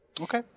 Okay